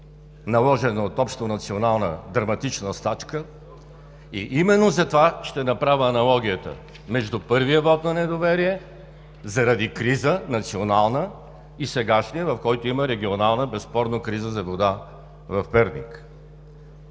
наложена от общонационална драматична стачка. И именно затова ще направя аналогията между първия вот на недоверие заради национална криза и сегашния, в който има регионална криза, безспорно, за вода в Перник.